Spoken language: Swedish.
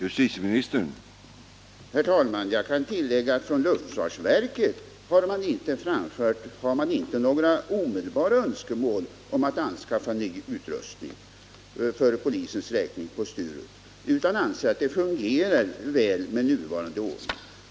Herr talman! Jag kan tillägga att luftfartsverket inte har framfört några önskemål om att man skall anskaffa ny utrustning för polisens räkning på Sturup, utan man anser att det fungerar väl med nuvarande ordning.